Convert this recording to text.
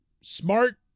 smart